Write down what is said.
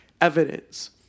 evidence